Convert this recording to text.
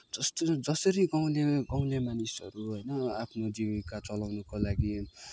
जस्तो जसरी गाउँले गाउँले मानिसहरू होइन आफ्नो जीविका चलाउनको लागि